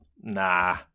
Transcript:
Nah